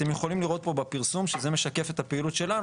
אתם יכולים לראות פה בפרסום שזה משקף את הפעילות שלנו,